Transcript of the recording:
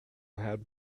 had